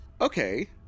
Okay